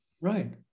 Right